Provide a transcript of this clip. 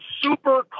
super